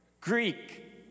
Greek